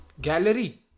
Gallery